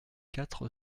quatre